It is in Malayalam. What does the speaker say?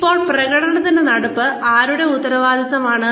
ഇപ്പോൾ പ്രകടനത്തിന്റെ നടത്തിപ്പ് ആരുടെ ഉത്തരവാദിത്തമാണ്